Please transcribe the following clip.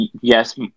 Yes